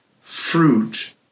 fruit